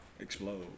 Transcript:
Explode